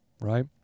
right